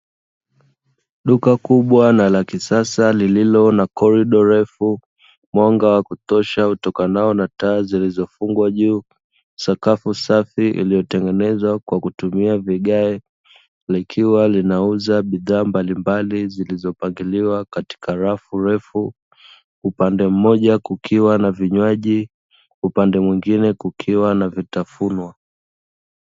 Duka kubwa na lakisasa lililo na korido refu, mwanga wa kutosha utokanao na taa zilizofungwa juu, sakafu safi iliyotengenezwa kwa kutumia vigae likiwa linauza bidhaa mbalimbali zilizopangiliwa katika rafu refu upande mmoja kukiwa na vinywaji upande mwingine kukiwa na vitafunwa.